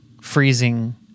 freezing